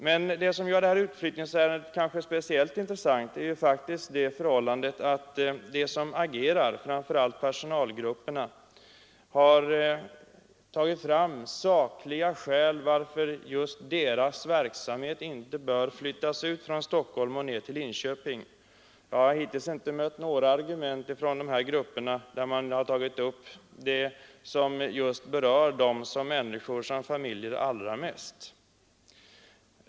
Men det som kanske gör det här utflyttningsärendet speciellt intressant är det förhållandet att de som agerar — framför allt personalgrupperna — har tagit fram sakliga skäl till att just deras verksamhet inte bör flyttas ut från Stockholm och ned till Linköping. Jag har hittills inte mött några argument från dessa grupper där de tagit upp vad som berör dem allra mest som människor och familjemedlemmar.